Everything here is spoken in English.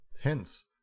Hence